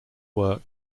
work